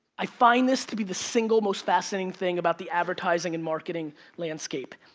i find this to be the single most fascinating thing about the advertising and marketing landscape.